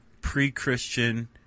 pre-Christian